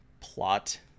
plot